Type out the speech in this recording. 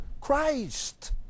Christ